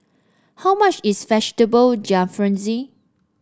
how much is Vegetable Jalfrezi